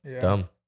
dumb